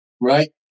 right